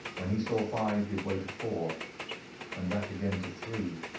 when he saw five give way to four and that again to three,